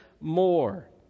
more